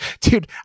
Dude